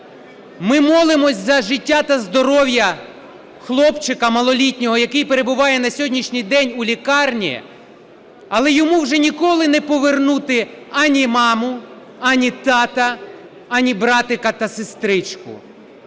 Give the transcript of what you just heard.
Ми молимось за життя та здоров'я хлопчика малолітнього, який перебуває на сьогоднішній день у лікарні, але йому вже ніколи не повернути ані маму, ані тата, ані братика та сестричку.